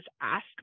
ask